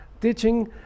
teaching